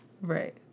Right